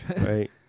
Right